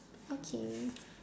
okay